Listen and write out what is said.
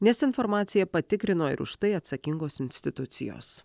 nes informaciją patikrino ir už tai atsakingos institucijos